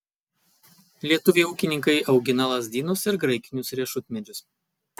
lietuviai ūkininkai augina lazdynus ir graikinius riešutmedžius